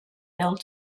built